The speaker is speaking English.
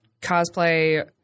cosplay